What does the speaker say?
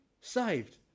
saved